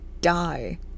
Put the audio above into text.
die